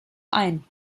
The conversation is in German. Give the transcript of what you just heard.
ein